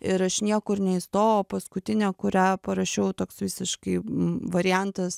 ir aš niekur neįstoau o paskutinė kurią parašiau toks visiškai variantas